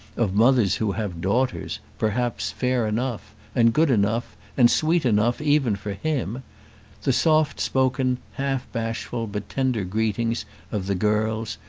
of mothers who have daughters, perhaps, fair enough, and good enough, and sweet enough even for him the soft-spoken, half-bashful, but tender greetings of the girls,